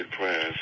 prayers